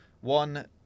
one